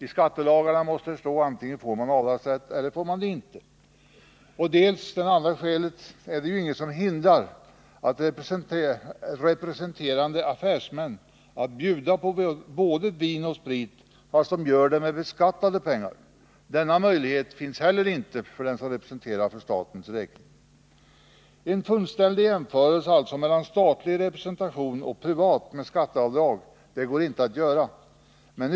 I skattelagarna måste det stå att man antingen får göra avdrag eller att man inte får det. Dels är det ju inget som hindrar att representerande affärsmän bjuder på både vin och sprit, men med beskattade pengar. Inte heller denna möjlighet har den som representerar för statens räkning. Någon fullständig jämförelse mellan statlig representation och privat representation med skatteavdrag går inte att göra.